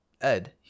Ed